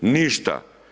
Ništa.